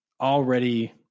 already